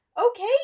Okay